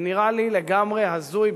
זה נראה לי לגמרי הזוי,